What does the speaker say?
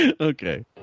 Okay